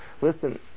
listen